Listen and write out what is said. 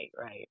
Right